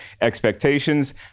expectations